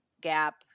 gap